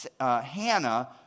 Hannah